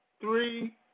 three